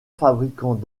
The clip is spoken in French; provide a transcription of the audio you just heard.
fabricant